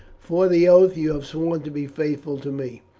for the oath you have sworn to be faithful to me.